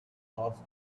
caused